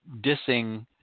dissing